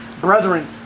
Brethren